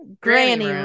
granny